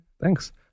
Thanks